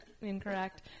incorrect